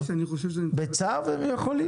בצו הם יכולים?